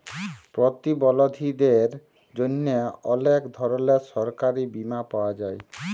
পরতিবলধীদের জ্যনহে অলেক ধরলের সরকারি বীমা পাওয়া যায়